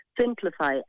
simplify